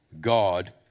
God